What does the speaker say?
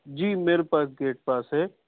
جی میرے پاس gate pass ہے